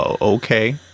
okay